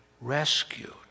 rescued